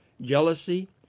jealousy